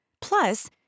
Plus